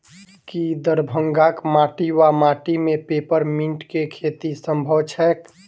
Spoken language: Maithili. की दरभंगाक माटि वा माटि मे पेपर मिंट केँ खेती सम्भव छैक?